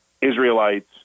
Israelites